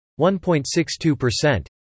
1.62%